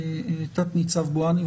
תת-ניצב בואני,